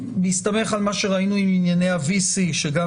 בהסתמך על מה שראינו עם ענייני ה-VC שגם